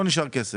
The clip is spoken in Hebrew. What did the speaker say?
לא נשאר כסף.